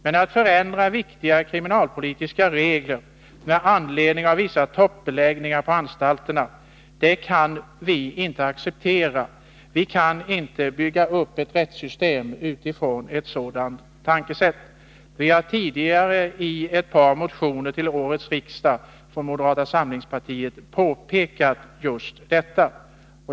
Men att man förändrar viktiga kriminalpolitiska regler med anledning av vissa toppbeläggningar på anstalterna, det kan vi inte acceptera. Vi kan inte bygga upp ett rättssystem utifrån ett sådant tankesätt. Vi har från moderata samlingspartiet tidigare i ett par motioner till årets riksmöte påpekat just detta.